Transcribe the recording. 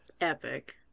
Epic